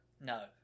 no